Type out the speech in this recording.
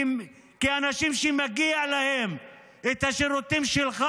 כאנשים שמגיע להם את השירותים שלך,